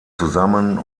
zusammen